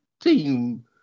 team